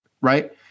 right